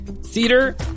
cedar